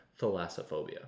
thalassophobia